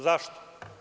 Zašto?